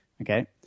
Okay